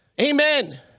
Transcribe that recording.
Amen